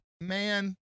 man